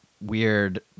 weird